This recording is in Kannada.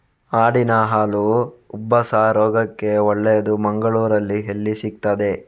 ಆಡಿನ ಹಾಲು ಉಬ್ಬಸ ರೋಗಕ್ಕೆ ಒಳ್ಳೆದು, ಮಂಗಳ್ಳೂರಲ್ಲಿ ಎಲ್ಲಿ ಸಿಕ್ತಾದೆ?